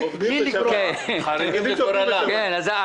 כמו העניין של המורים שיפוטרו עכשיו שלא יוכלו לקבל עבודה.